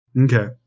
Okay